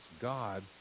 God